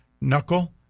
knuckle